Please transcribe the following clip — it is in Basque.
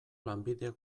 lanbide